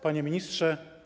Panie Ministrze!